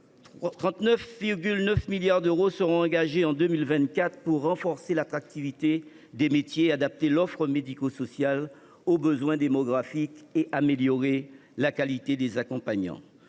39,9 milliards d’euros seront engagés en 2024 pour renforcer l’attractivité des métiers, adapter l’offre médico sociale aux besoins démographiques et améliorer la qualité des accompagnements.